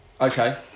Okay